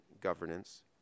governance